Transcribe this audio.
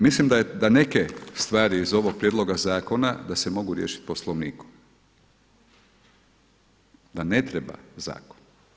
Mislim da neke stvari iz ovog prijedloga zakona da se mogu riješiti Poslovnikom, da ne treba zakon.